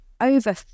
over